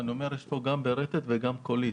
גם פה יש גם התרעה ברטט וגם התרעה קולית